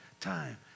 time